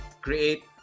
create